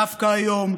דווקא היום,